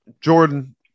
Jordan